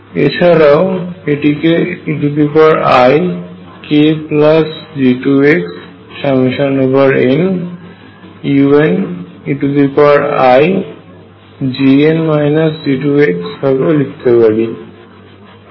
এছাড়াও আমরা এটিকে eikG2xnuneix ভাবে লিখতে পারি